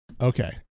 okay